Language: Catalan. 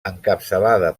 encapçalada